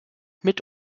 mit